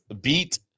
beat